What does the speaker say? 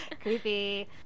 Creepy